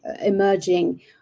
emerging